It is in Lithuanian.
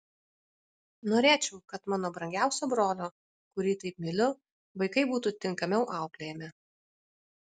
norėčiau kad mano brangiausio brolio kurį taip myliu vaikai būtų tinkamiau auklėjami